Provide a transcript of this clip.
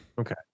Okay